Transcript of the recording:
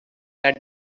that